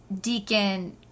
Deacon